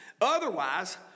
otherwise